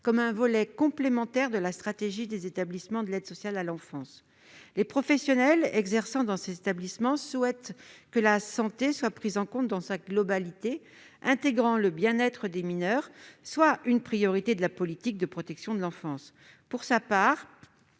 comme un volet complémentaire de la stratégie des établissements de l'aide sociale à l'enfance. Les professionnels exerçant dans ces établissements souhaitent que la santé, prise en compte dans sa globalité, c'est-à-dire intégrant le bien-être des mineurs, soit une priorité de la politique de protection de l'enfance. Pour sa part,